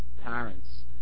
parents